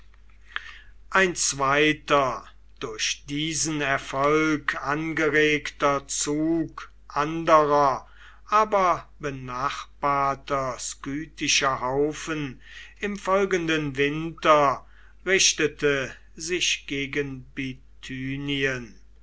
ein zweiter durch diesen erfolg angeregter zug anderer aber benachbarter skythischer haufen im folgenden winter richtete sich gegen